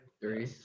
Three